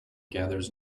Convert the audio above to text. gathers